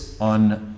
on